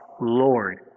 Lord